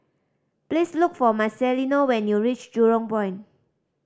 please look for Marcelino when you reach Jurong Point